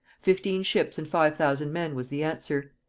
fifteen ships and five thousand men, was the answer.